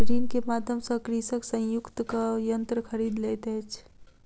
ऋण के माध्यम सॅ कृषक संयुक्तक यन्त्र खरीद लैत अछि